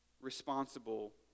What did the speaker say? Responsible